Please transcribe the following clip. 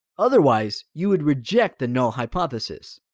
otherwise, you would reject the null hypothesis.